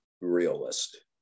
realist